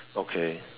okay